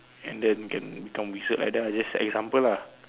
and then can become wizard like that just example lah